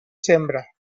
sembra